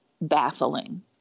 baffling